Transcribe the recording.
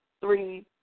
three